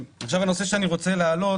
הנושא שאני רוצה להעלות,